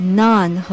none